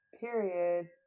period